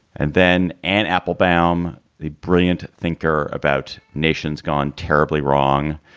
and then anne applebaum, the brilliant thinker about nations gone terribly wrong,